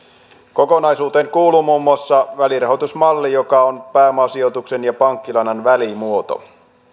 kokonaisuuteen kuuluu muun muassa välirahoitusmalli joka on pääomasijoituksen ja pankkilainan välimuoto